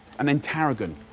and then tarragon.